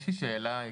יש לי שאלה עקרונית.